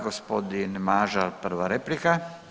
Gospodin Mažar prva replika.